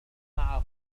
معه